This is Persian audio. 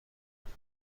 باشد